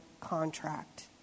contract